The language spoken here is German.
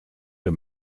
der